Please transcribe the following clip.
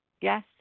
yes